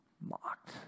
mocked